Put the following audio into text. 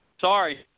Sorry